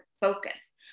focus